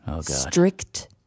strict